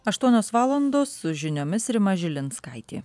aštuonios valandos su žiniomis rima žilinskaitė